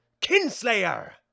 Kinslayer